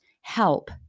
help